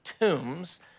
tombs